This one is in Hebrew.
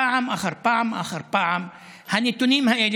פעם אחר פעם אחר פעם הנתונים האלה,